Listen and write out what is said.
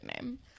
name